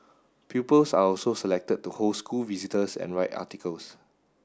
pupils are also selected to host school visitors and write articles